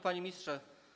Panie Ministrze!